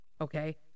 okay